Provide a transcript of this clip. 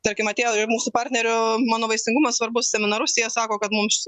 tarkim atėjo į mūsų partnerio mano vaisingumas svarbu seminarus jie sako kad mums